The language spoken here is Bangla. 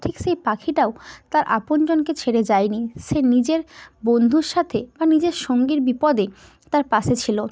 ঠিক সেই পাখিটাও তার আপনজনকে ছেড়ে যায় নি সে নিজের বন্ধুর সাথে বা নিজের সঙ্গীর বিপদে তার পাশে ছিলো